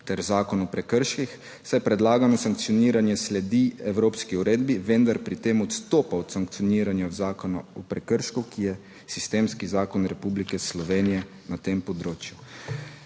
ter Zakon o prekrških, saj predlagano sankcioniranje sledi evropski uredbi, vendar pri tem odstopa od sankcioniranja v Zakonu o prekršku, ki je sistemski zakon Republike Slovenije na tem področju.